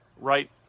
right